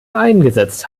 eingesetzt